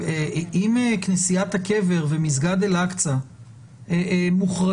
אם כנסיית הקבר ומסגד אל אקצה מוחרגים,